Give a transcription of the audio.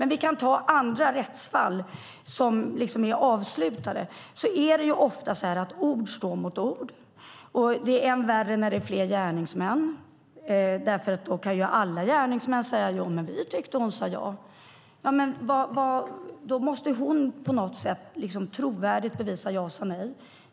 Vi kan ta andra rättsfall som är avslutade. Ofta står då ord mot ord. Än värre är det när det är fråga om flera gärningsmän, för då kan de alla säga att de tyckte att hon sade ja. Då måste hon på ett trovärdigt sätt bevisa att hon sade nej.